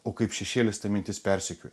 o kaip šešėlis ta mintis persekioj